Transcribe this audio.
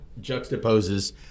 juxtaposes